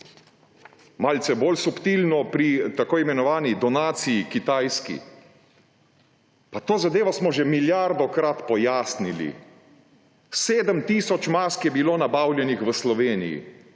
Malce bolj subtilno pri tako imenovani donaciji Kitajski. Pa to zadevo smo že milijardokrat pojasnili. Sedem tisoč mask je bilo nabavljenih v Sloveniji